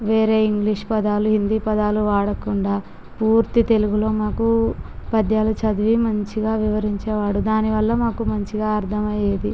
వేరే ఇంగ్లీష్ పదాలు హిందీ పదాలు వాడకుండా పూర్తి తెలుగులో మాకు పద్యాలు చదివి మంచిగా వివరించేవాడు దాని వళ్ళ మాకు మంచిగా అర్ధం అయ్యేది